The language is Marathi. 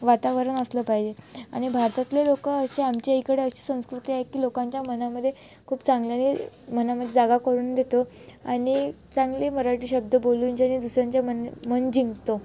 वातावरण असलं पाहिजे आणि भारतातले लोक अशी आमच्या इकडे अशी संस्कृती आहे की लोकांच्या मनामध्ये खूप चांगल्याने मनामध्ये जागा करून देतो आणि चांगले मराठी शब्द बोलून ज्याने दुसऱ्यांच्या मन मन जिंकतो